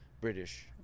british